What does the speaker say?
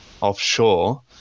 offshore